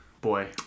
boy